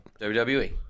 WWE